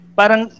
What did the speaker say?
parang